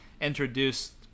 introduced